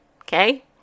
Okay